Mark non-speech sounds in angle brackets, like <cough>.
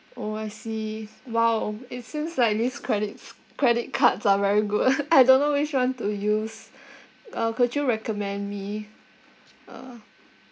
orh I see !wow! it seems like these credits credit cards are very good <laughs> I don't know which one to use uh could you recommend me uh